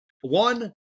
one